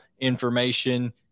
information